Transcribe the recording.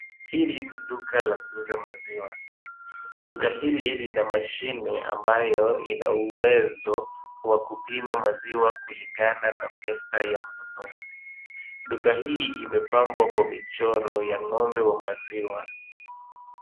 Hili ni duka la kuuza maziwa, duka hili lina mashine ambayo ina uwezo wa kupima maziwa kulingana na pesa ya mnunuzi, duka hii imepambwa kwa michoro ya ng'ombe wa maziwa.